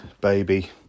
baby